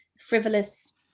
frivolous